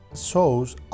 shows